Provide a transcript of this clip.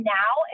now